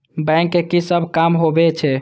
Bank के की सब काम होवे छे?